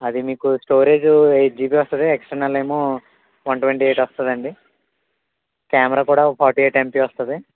అదే మీకు storage eight GB వస్తుంది ఎక్స్టర్నల్ ఏమో వన్ ట్వంటీ ఎయిట్ వస్తుందండి కేమెరా కూడా ఫార్టీ ఎయిట్ ఎంపి వస్తుంది